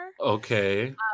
Okay